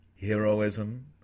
Heroism